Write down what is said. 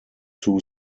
two